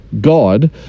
God